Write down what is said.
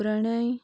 Pranay